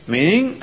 Meaning